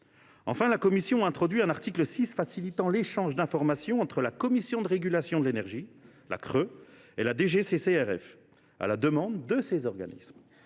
Enfin, la commission a introduit un article 6 visant à faciliter l’échange d’informations entre la Commission de régulation de l’énergie et la DGGCCRF, à la demande de ces organismes.